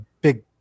big